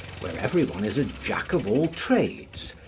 where everyone is a jack-of-all-trades,